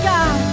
God